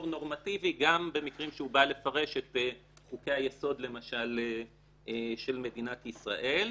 נורמטיבי גם במקרים שהוא בא לפרש את חוקי היסוד למשל של מדינת ישראל,